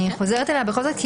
אני חוזרת אליה בכל זאת.